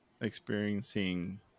experiencing